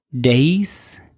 days